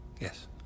Yes